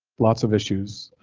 lots of issues,